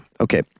okay